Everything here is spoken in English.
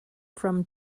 from